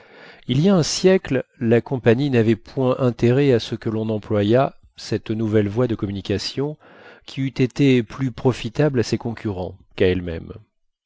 il y a un siècle la compagnie n'avait point intérêt à ce que l'on employât cette nouvelle voie de communication qui eût été plus profitable à ses concurrents qu'à elle-même